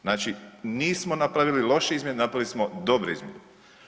Znači nismo napravili loše izmjene, napravili smo dobre izmjene.